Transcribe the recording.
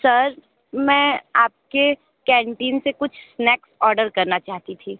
sir मैं आपके canteen से कुछ स्नैक्स ऑर्डर करना चाहती थी